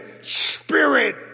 Spirit